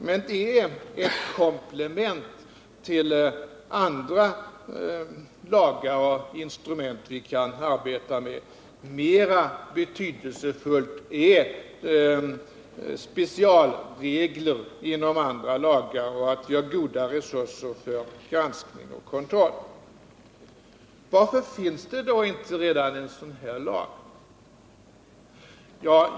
Men det är ett komplement till andra lagar och instrument som vi arbetar med. Mera betydelsefullt är att vi har specialregler inom andra lagar och att vi har goda resurser för granskning och kontroll. Varför finns det då inte redari en sådan här lag?